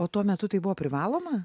o tuo metu tai buvo privaloma